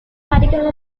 medical